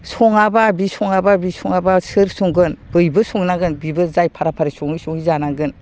सङाबा बि सङाबा बि सङबा सोर संगोन बयबो संनांगोन बिबो जाय फारा फारि सङै सङै जानांगोन